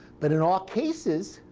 but in all cases,